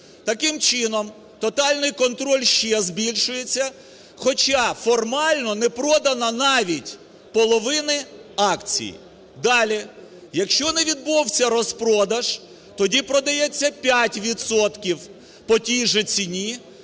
Таким чином тотальний контроль ще збільшується, хоча формально не продано навіть половини акцій. Далі, якщо не відбувся розпродаж, тоді продається 5 відсотків по тій же ціні,